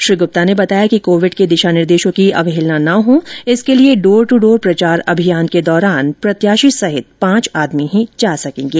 श्री गुप्ता ने बताया कि कोविड के दिशा निर्देशों की अवहेलना ना हो इसके लिए डोर ट् डोर प्रचार अभियान के दौरान प्रत्याशी सहित पांच आदमी ही जा सकेंगे